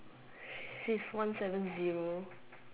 he's one seven zero